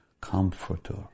comforter